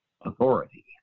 authority